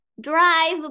Drive